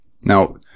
Now